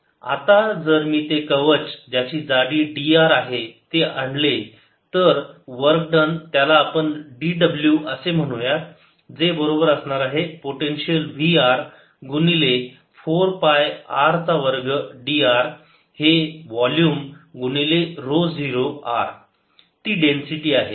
आता जर मी ते कवच ज्याची जाडी dr आहे ते आणले तर वर्क डन त्याला आपण dw असे म्हणूयात जे बरोबर असणार आहे पोटेन्शियल v r गुणिले 4 पाय r चा वर्ग d r हे वोल्युम गुणिले ऱ्हो 0 r ती डेंसिटी आहे